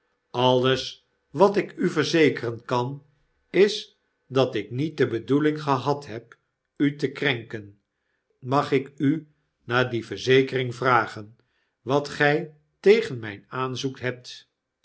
alles wat ik u verzekeren kan is dat ik niet de bedoeling gehad heb u te krenken mag ik u na die verzekering vragen wat gg tegen mgn aanzoek hebt